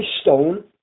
stone